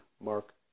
mark